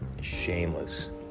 shameless